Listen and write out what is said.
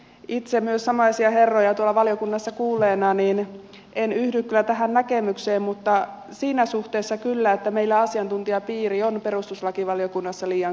itse myös samaisia herroja tuolla valiokunnassa kuulleena en yhdy kyllä tähän näkemykseen mutta siinä suhteessa kyllä että meillä asiantuntijapiiri on perustuslakivaliokunnassa liian suppea